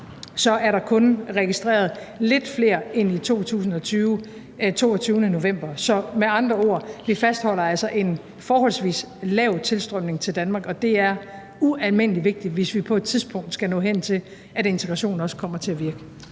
se, at der kun er registreret lidt flere end i 2020 den 22. november. Så med andre ord: Vi fastholder altså en forholdsvis lav tilstrømning til Danmark, og det er ualmindelig vigtigt, hvis vi på et tidspunkt skal nå hen til, at integrationen også kommer til at virke.